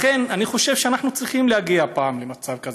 לכן אני חושב שאנחנו צריכים להגיע פעם למצב כזה.